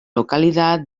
localidad